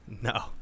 No